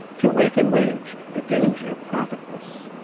to wake and wage a danger profitless.